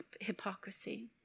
hypocrisy